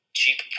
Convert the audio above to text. cheap